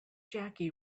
jackie